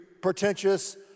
pretentious